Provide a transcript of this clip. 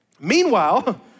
Meanwhile